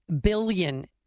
billion